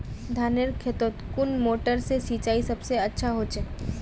धानेर खेतोत कुन मोटर से सिंचाई सबसे अच्छा होचए?